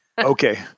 Okay